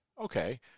Okay